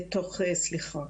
סליחה,